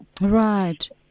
Right